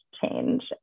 change